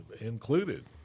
included